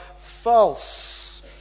false